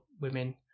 women